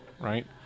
right